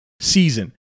season